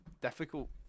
difficult